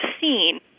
seen